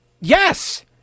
Yes